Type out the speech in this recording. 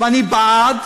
ואני בעד,